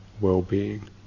well-being